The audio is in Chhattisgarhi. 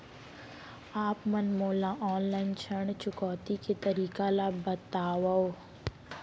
आप मन मोला ऑनलाइन ऋण चुकौती के तरीका ल बतावव?